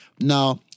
Now